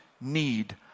need